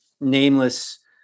nameless